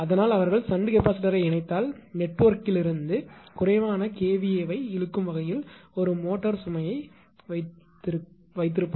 அதனால் அவர்கள் ஷன்ட் கெபாசிட்டரை இணைத்தால் நெட்வொர்க்கிலிருந்து குறைவான kVA ஐ இழுக்கும் வகையில் ஒரு மோட்டார் சுமை இருக்கும்